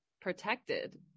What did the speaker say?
protected